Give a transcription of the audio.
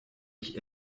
ich